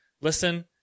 Listen